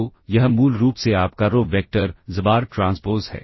तो यह मूल रूप से आपका रो वेक्टर xbar ट्रांसपोज़ है